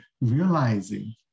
realizing